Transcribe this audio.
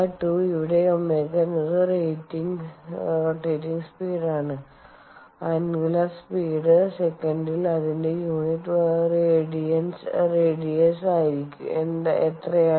ω2 ഇവിടെ ω എന്നത് റോറ്റേറ്റിങ് സ്പീടാണ് ആന്ഗുലർ സ്പീഡ് സെക്കൻഡിൽ അതിന്റെ യൂണിറ്റ് റേഡിയൻസ് എത്രയാണ്